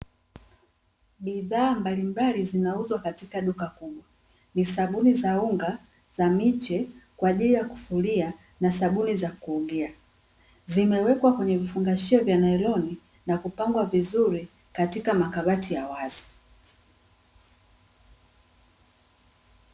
Bidhaa mbalimbali zinauzwa katika duka kubwa, ni sabuni za unga, za miche kwa ajili ya kufulia na sabuni za kuogea zimewekwa kwenye vifungashio vya nyloni na kupangwa vizuri katika makabati ya wazi.